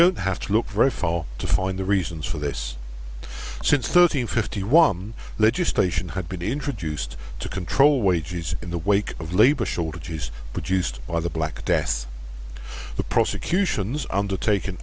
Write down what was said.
don't have to look very far to find the reasons for this since thirteen fifty legislation had been introduced to control wages in the wake of labor shortages produced by the black death the prosecutions undertak